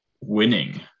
winning